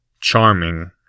Charming